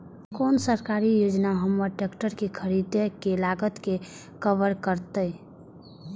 कोन सरकारी योजना हमर ट्रेकटर के खरीदय के लागत के कवर करतय?